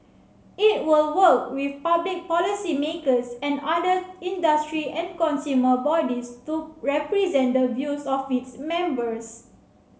it will work with public policymakers and other industry and consumer bodies to represent the views of its members